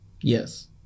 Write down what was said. Yes